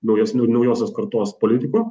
naujesnių naujosios kartos politikų